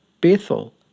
Bethel